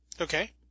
Okay